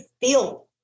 feel